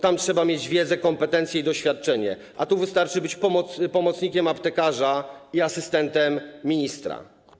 Tam trzeba mieć wiedzę, kompetencje i doświadczenie, a tu wystarczy być pomocnikiem aptekarza i asystentem ministra.